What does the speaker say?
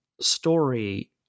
story